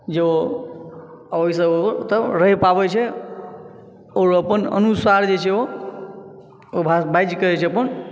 जे ओ ओहिसँ ओ ओतऽ रहि पाबै छै आओर अपन अनुसार जे छै ओ बाजि कऽ जे छै अपन